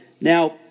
now